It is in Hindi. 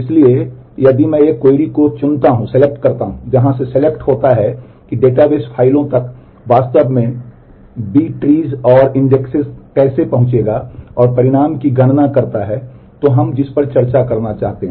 इसलिए यदि मैं एक क्वेरी को चुनता हूं जहां से सेलेक्ट कैसे पहुंचेगा और परिणाम की गणना करता है तो हम जिस पर चर्चा करना चाहते हैं